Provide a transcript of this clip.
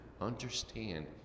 understand